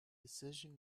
decision